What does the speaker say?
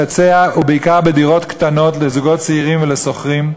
בעיקר דירות קטנות לזוגות צעירים ולשוכרים,